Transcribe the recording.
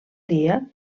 dia